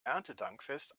erntedankfest